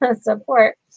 support